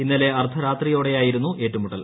ഇന്നലെ അർദ്ധരാത്രിയോടെയായിരുന്നു ഏറ്റുമുട്ടൽ